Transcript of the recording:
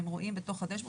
והם רואים ב-dashboard,